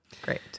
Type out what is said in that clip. great